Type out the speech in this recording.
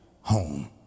home